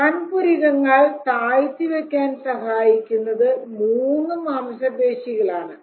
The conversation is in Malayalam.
കൺപുരികങ്ങൾ താഴ്ത്തി വയ്ക്കാൻ സഹായിക്കുന്നത് മൂന്ന് മാംസപേശികൾ ആണ്